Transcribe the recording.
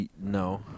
No